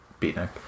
beatnik